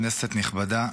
כנסת נכבדה,